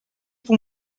fue